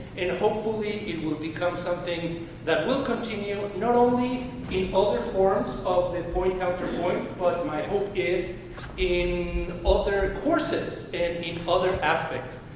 and hopefully, it will become something that will continue, not only in other forums of the point counterpoint, but my hope is in other courses and in other aspects.